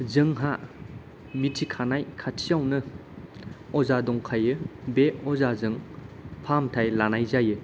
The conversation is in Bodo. जोंहा मिथिखानाय खाथियावनो अजा दंखायो बे अजाजों फाहामथाय लानाय जायो